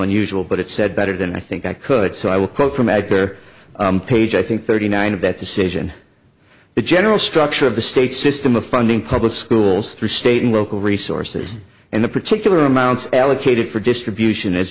unusual but it said better than i think i could so i will quote from agger page i think thirty nine of that decision the general structure of the state system of funding public schools through state and local resources and the particular amounts allocated for distribution as